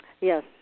Yes